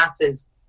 Matters